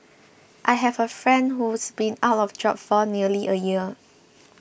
I have a friend who's been out of job for nearly a year